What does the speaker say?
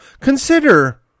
Consider